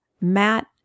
Matt